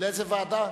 לאיזו ועדה?